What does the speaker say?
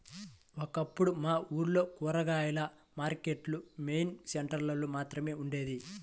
ఒకప్పుడు మా ఊర్లో కూరగాయల మార్కెట్టు మెయిన్ సెంటర్ లో మాత్రమే ఉండేది